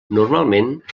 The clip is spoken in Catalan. normalment